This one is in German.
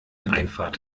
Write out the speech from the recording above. einfahrt